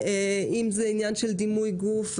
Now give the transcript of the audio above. אם זה בדימוי גוף,